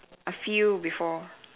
a few before